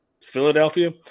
Philadelphia